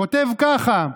כותב ככה: